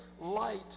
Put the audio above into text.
light